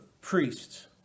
priests